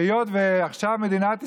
שהיות שעכשיו מדינת ישראל,